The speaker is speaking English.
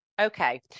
Okay